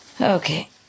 Okay